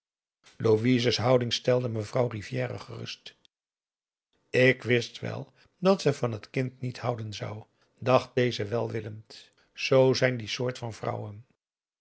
in louise's houding stelde mevrouw rivière gerust ik wist wel dat ze van het kind niet houden zou dacht deze welwillend zoo zijn die soort van vrouwen